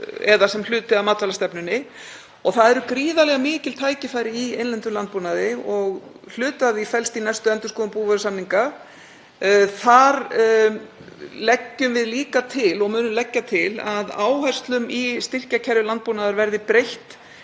eða sem hluti af matvælastefnunni. Það eru gríðarlega mikil tækifæri í innlendum landbúnaði og hluti af því felst í næstu endurskoðun búvörusamninga. Þar leggjum við líka til, og munum leggja til, að áherslum í styrkjakerfi landbúnaður verði breytt